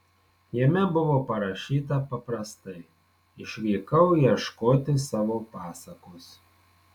jame buvo parašyta paprastai išvykau ieškoti savo pasakos